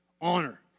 honor